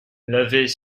l’avait